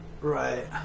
Right